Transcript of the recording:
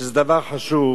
שזה דבר חשוב.